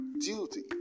duty